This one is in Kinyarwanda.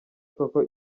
koko